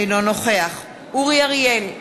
אינו נוכח אורי אריאל,